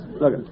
look